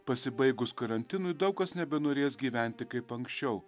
pasibaigus karantinui daug kas nebenorės gyventi kaip anksčiau